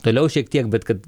toliau šiek tiek bet kad